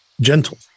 gentle